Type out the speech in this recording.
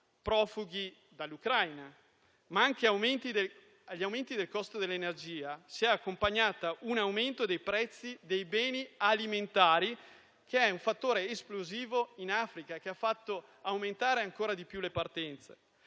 profughi da quel territorio e gli aumenti del costo dell'energia, cui si è accompagnato un aumento dei prezzi dei beni alimentari, che è un fattore esplosivo in Africa e che ha fatto aumentare ancora di più le partenze.